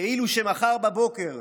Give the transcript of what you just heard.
כאילו שמחר בבוקר,